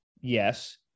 yes